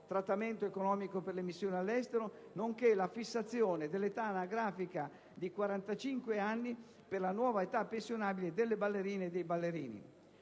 trattamento economico per le missioni all'estero, nonché la fissazione dell'età anagrafica di 45 anni per la nuova età pensionabile delle ballerine e dei ballerini.